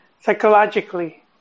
psychologically